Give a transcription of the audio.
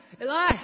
Eli